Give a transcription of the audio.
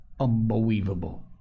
unbelievable